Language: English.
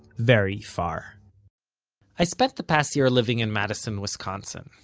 very far i spent the past year living in madison, wisconsin.